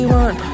one